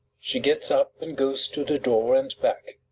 she gets up and goes to the door and back,